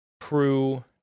crew